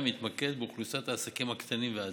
התמקד באוכלוסיית העסקים הקטנים והעצמאים.